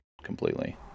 completely